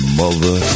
mother